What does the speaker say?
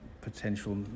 potential